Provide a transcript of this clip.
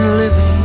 living